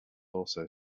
also